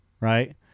right